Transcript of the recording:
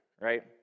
right